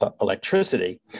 electricity